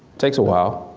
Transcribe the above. takes a while.